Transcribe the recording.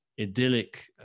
idyllic